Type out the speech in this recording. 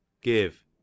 give